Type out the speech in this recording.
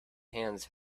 hands